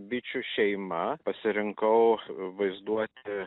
bičių šeima pasirinkau vaizduoti